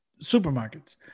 supermarkets